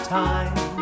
time